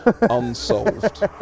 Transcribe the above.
unsolved